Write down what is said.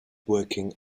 working